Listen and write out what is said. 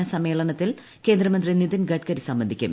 സമാപന സമ്മേളനത്തിൽ കേന്ദ്രമന്ത്രി നിതിൻ ഗഡ്കരി സംബന്ധിക്കും